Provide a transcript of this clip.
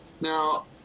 Now